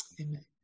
Amen